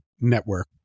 network